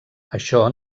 això